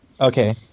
Okay